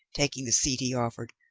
taking the seat he offered.